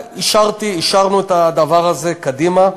ואישרנו את הדבר הזה קדימה.